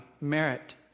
merit